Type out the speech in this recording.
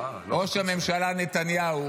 ראש הממשלה נתניהו,